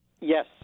Yes